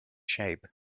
shape